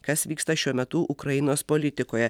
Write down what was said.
kas vyksta šiuo metu ukrainos politikoje